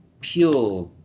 pure